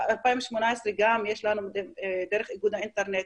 וב-2018 יש לנו גם דרך איגוד האינטרנט,